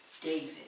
David